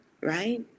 right